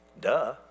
Duh